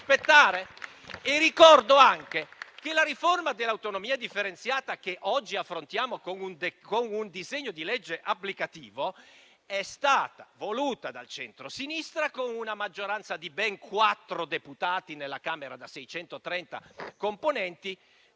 Ricordo anche che la riforma dell'autonomia differenziata che oggi affrontiamo con un disegno di legge applicativo è stata voluta dal centrosinistra, con una maggioranza di ben quattro deputati nella Camera da 630 componenti,